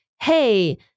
hey